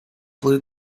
blue